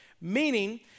meaning